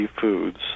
foods